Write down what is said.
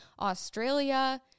Australia